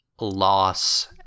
loss